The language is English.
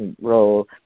role